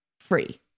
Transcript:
free